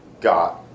got